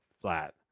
flat